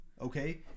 Okay